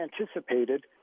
anticipated